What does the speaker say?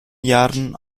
jahren